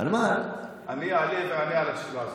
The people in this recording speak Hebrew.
אני אעלה ואענה על השאלה הזאת.